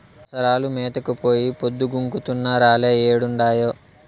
పసరాలు మేతకు పోయి పొద్దు గుంకుతున్నా రాలే ఏడుండాయో